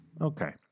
Okay